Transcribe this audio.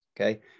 okay